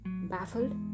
baffled